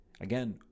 again